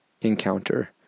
encounter